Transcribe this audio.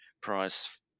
price